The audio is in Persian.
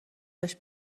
داشت